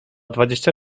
dwadzieścia